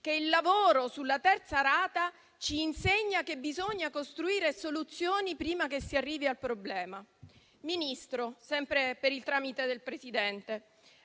che «il lavoro sulla terza rata ci insegna che bisogna costruire soluzioni prima che si arrivi al problema». Ministro, sempre per il tramite del Presidente,